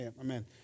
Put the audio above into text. Amen